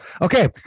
Okay